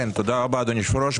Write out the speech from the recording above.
תודה רבה אדוני היושב ראש.